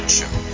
Show